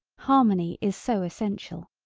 harmony is so essential.